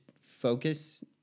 focus